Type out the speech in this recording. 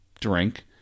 drink